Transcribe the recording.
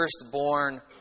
firstborn